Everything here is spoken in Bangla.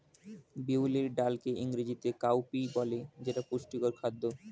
বিউলির ডালকে ইংরেজিতে কাউপি বলে যেটা পুষ্টিকর খাদ্য